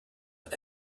est